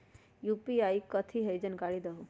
UPI कथी है? जानकारी दहु